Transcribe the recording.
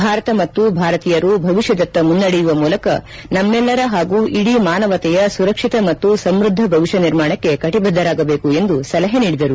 ಭಾರತ ಮತ್ತು ಭಾರತೀಯರು ಭವಿಷ್ಯದತ್ತ ಮುನ್ನೆಡೆಯುವ ಮೂಲಕ ನಮ್ಮೆಲ್ಲರ ಹಾಗೂ ಇದೀ ಮಾನವತೆಯ ಸುರಕ್ಷಿತ ಮತ್ತು ಸಮೃದ್ದ ಭವಿಷ್ಯ ನಿರ್ಮಾಣಕ್ಕೆ ಕಟಿಬದ್ದರಾಗಬೇಕು ಎಂದು ಸಲಹೆ ನೀಡಿದರು